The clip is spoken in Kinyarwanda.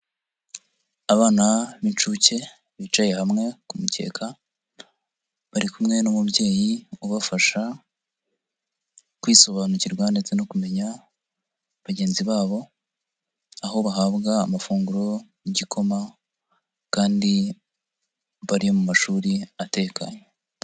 Abana b'inshuke bicaye hamwe ku mukeka bari kumwe n'umubyeyi ubafasha kwisobanukirwa ndetse no kumenya bagenzi babo aho bahabwa amafunguro, igikoma kandi bari mu mashuri ateka.